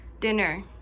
dinner